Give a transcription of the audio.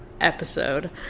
episode